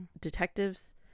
detectives